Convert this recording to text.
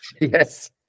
Yes